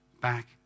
back